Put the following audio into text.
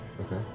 Okay